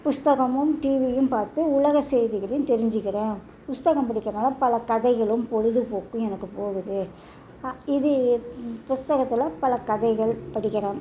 புத்தகமும் டிவியும் பார்த்து உலக செய்திகளையும் தெரிஞ்சிக்கிறேன் புத்தகம் படிக்கிறதுனால பல கதைகளும் பொழுதுபோக்கும் எனக்கு போகுது இது புத்தகத்துல பல கதைகள் படிக்கிறேன்